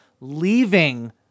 leaving